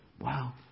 Wow